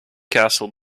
castle